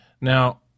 Now